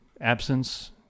absence